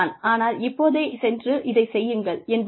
அதனால் இப்போதே சென்று இதைச் செய்யுங்கள் என்பார்கள்